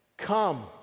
Come